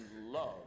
love